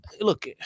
look